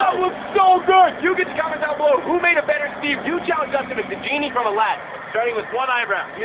ah looks so good! you get to comment down who made a better steve? you challenged us to make the genie from aladdin. i'm starting with one eyebrow. see,